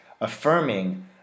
affirming